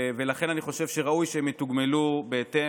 אני חושב שראוי שהם יתוגמלו בהתאם.